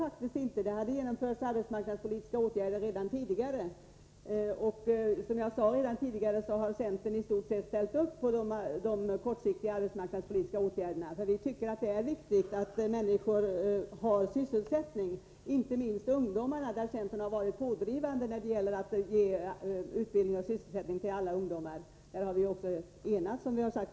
Men det har genomförts arbetsmarknadspolitiska åtgärder redan tidigare, och som jag sade har centern i stort sett ställt upp på de kortsiktiga arbetsmarknadspolitiska åtgärderna, för vi tycker att det är viktigt att människor har sysselsättning, inte minst ungdomarna. Centern har också varit pådrivande när det gäller att ge utbildning och sysselsättning till alla ungdomar, och på den punkten har vi enats.